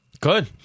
Good